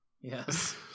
yes